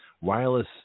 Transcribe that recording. Wireless